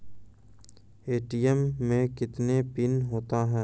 ATM मे कितने pin होता हैं?